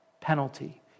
penalty